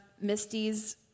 Misty's